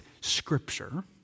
scripture